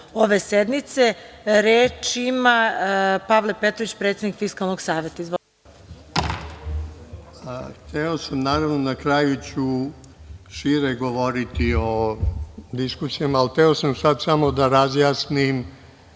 ove sednice. Reč ima Pavle Petrović, predsednik Fiskalnog saveta. Izvolite. **Pavle Petrović** Na kraju ću šire govoriti o diskusijama, ali hteo sam sad samo da razjasnim